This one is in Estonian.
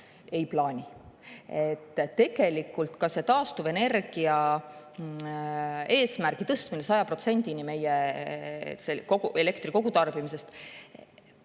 Ei plaani. Tegelikult ka see taastuvenergia eesmärgi tõstmine 100%‑ni meie elektri kogutarbimisest